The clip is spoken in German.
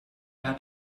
hat